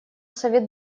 совет